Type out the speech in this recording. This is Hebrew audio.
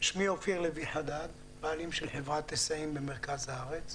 אני בעלים של חברת היסעים במרכז הארץ.